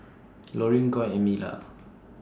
Lorin Coy and Mila